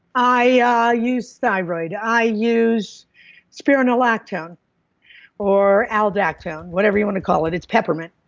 i ah use thyroid. i use spironolactone or aldactone. whatever you want to call it, it's peppermint.